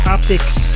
Optics